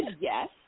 yes